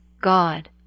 God